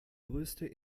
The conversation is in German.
größte